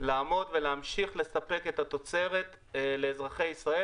לעמוד ולהמשיך לספק את התוצרת לאזרחי ישראל